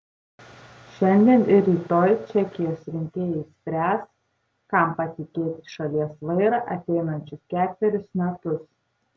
šiandien ir rytoj čekijos rinkėjai spręs kam patikėti šalies vairą ateinančius ketverius metus